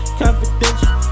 confidential